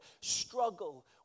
Struggle